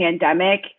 pandemic